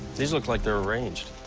these look like they're arranged.